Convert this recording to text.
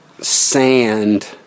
sand